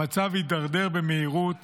המצב התדרדר במהירות